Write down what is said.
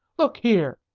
look here!